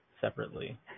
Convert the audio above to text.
separately